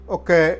Okay